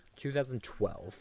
2012